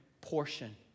portion